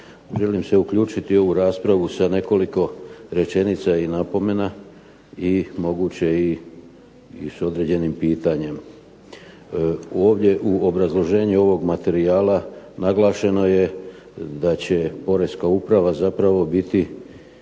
Želim se uključiti u ovu raspravu sa nekoliko rečenica i napomena i moguće i sa određenim pitanjem. Ovdje u obrazloženju ovog materijala naglašeno je da će poreska uprava biti